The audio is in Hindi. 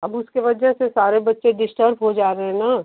अब उसके वजह से सारे बच्चे डिस्टर्ब हो जा रहे हैं ना